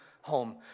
home